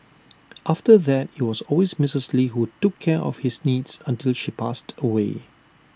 after that IT was always Mrs lee who took care of his needs until she passed away